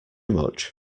much